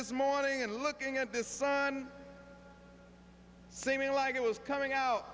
this morning and looking at the sun seeming like it was coming out